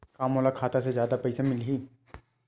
का मोला खाता से जादा पईसा मिलही?